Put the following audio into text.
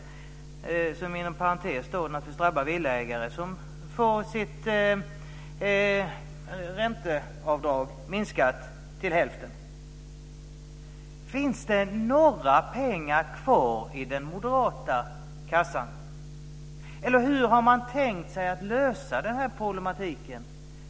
Det skulle inom parentes sagt naturligtvis drabba villaägare, som skulle få sina ränteavdrag minskade till hälften. Finns det några pengar kvar i den moderata kassan? Hur har man tänkt sig att lösa den här problematiken?